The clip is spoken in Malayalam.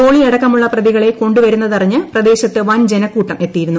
ജോളിയടക്കമുള്ള പ്രതികളെ കൊണ്ടുവരുന്നതറിഞ്ഞ് പ്രദേശത്ത് വൻ ജനക്കൂട്ടം എത്തിയിരുന്നു